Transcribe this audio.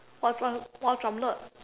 what what what drumlet